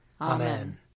Amen